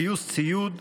גיוס ציוד,